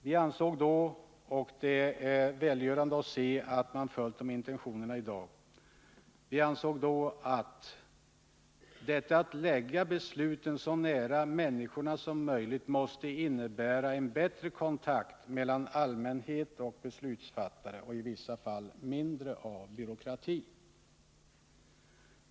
Vi ansåg då — och det är välgörande att se att man följt de intentionerna i dag — att detta att lägga besluten så nära människorna som möjligt måste innebära bättre kontakt mellan allmänhet och beslutsfattare och i vissa fall mindre av byråkrati.